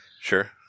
Sure